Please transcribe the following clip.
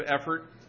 effort